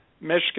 Michigan